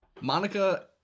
Monica